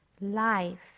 life